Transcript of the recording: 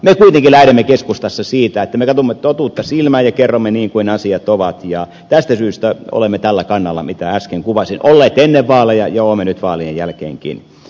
me kuitenkin lähdemme keskustassa siitä että me katsomme totuutta silmiin ja kerromme niin kuin asiat ovat ja tästä syystä olemme tällä kannalla minkä äsken kuvasin olleet ennen vaaleja ja olemme nyt vaalien jälkeenkin